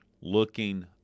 looking